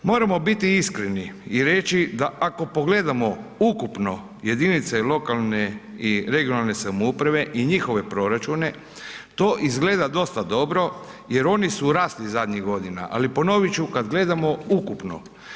Moramo biti iskreni i reći da ako pogledamo ukupno jedinice lokalne i regionalne samouprave i njihove proračune to izgleda dosta dobro jer oni su rasli zadnjih godina, ali ponovit ću kad gledamo ukupno.